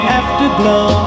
afterglow